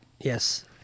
Yes